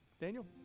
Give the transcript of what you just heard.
Daniel